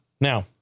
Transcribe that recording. Now